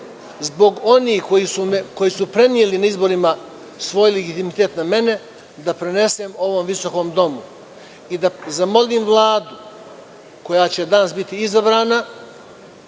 zbog onih koji su preneli na izborima svoj legitimitet na mene, da prenesem ovom visokom domu i da zamolim Vladu koja će danas biti izabrana